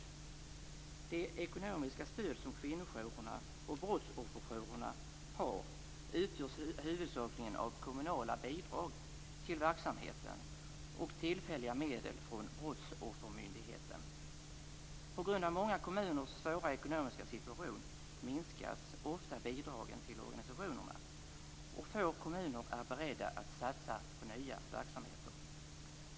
De ekonomiska stöd som kvinnojourerna och brottsofferjourerna har utgörs huvudsakligen av kommunala bidrag till verksamheten och tillfälliga medel från brottsoffermyndigheten. På grund av många kommuners svåra ekonomiska situation minskas ofta bidragen till organisationerna, och få kommuner är beredda att satsa på nya verksamheter.